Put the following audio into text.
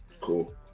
cool